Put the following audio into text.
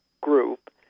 group